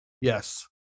Yes